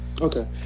Okay